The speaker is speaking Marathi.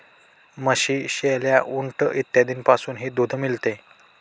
म्हशी, शेळ्या, उंट इत्यादींपासूनही दूध मिळते